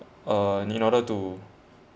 uh in order to